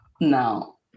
No